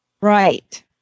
Right